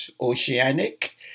Oceanic